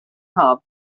hub